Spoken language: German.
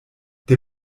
der